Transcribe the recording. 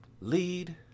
Lead